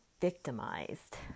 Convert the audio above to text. victimized